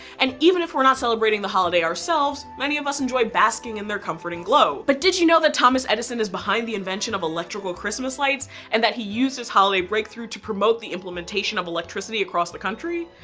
and even if we're not celebrating the holiday ourselves, many of us enjoy basking in their comforting glow. but did you know that thomas edison is behind the invention of electrical christmas lights and that he used his holiday breakthrough to promote the implementation of electricity across the country?